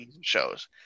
shows